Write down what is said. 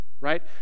Right